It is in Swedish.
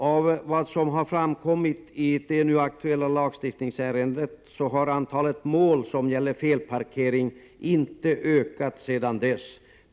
Av vad som har framkommit i det nu aktuella lagstiftningsärendet har antalet mål som gäller felparkering inte ökat sedan dess.